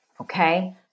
okay